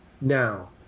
now